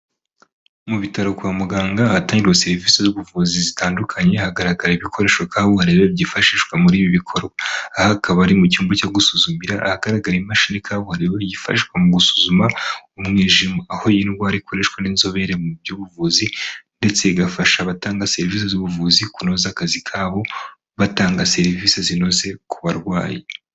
Mu bitaro kwa muganga hatangirwa serivisi z'ubuvuzi zitandukanye, hagaragara ibikoresho kabuharirebe byifashishwa muri ibi bikorwa, aha akaba ari mu cyumba cyo gusuzumira ahagaragara imashini kabuhariwe gifashishwa mu gusuzuma umwijima, aho iyi ndwara ikoreshwa n'inzobere mu by'ubuvuzi ndetse igafasha abatanga serivisi z'ubuvuzi kunoza akazi kabo batanga serivisi zinoze ku barwayi.